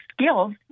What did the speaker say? skills